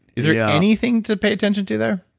is there yeah anything to pay attention to there?